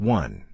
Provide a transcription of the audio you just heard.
one